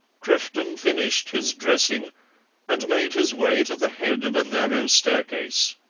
crefton finished his dressing and made his way to the head of a narrow staircase.